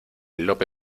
lope